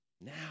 Now